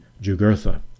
Jugurtha